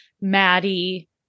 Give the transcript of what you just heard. Maddie